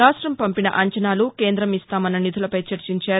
రాష్టం పంపిన అంచనాలు కేంద్రం ఇస్తామన్న నిధులపై చర్చించారు